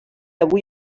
avui